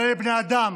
אבל הם בני אדם,